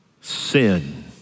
sin